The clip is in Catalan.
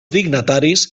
dignataris